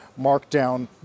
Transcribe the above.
markdown